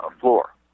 floor